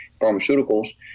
pharmaceuticals